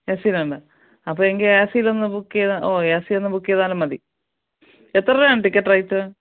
A C തന്നെ അപ്പോൾ എനിക്ക് എ സി യിൽ ഒന്ന് ബുക്ക് ചെയ്തു ഓ എ സി ഒന്ന് ബുക്ക് ചെയ്താലും മതി എത്ര രൂപയാണ് ടിക്കറ്റ് റേറ്റ്